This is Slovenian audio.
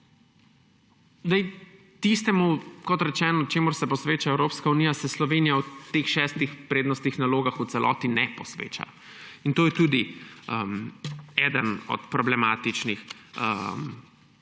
Tistemu, čemur se posveča Evropska unija, se Slovenija v teh šestih prednostnih nalogah v celoti ne posveča. To je tudi eno od problematičnih